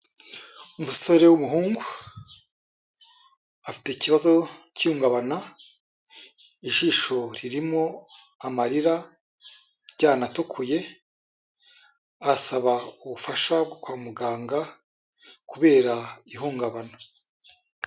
Umusore w'umuhungu afite ikibazo cy'ihungabana, ijisho ririmo amarira ryanatukuye, asaba ubufasha kwa muganga kubera ihungabana.